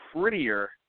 prettier